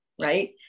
right